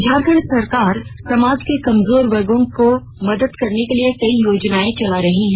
झारखंड सरकार समाज के कमजोर वर्गो को मदद करने के लिए कई योजनाएं चला रही हैं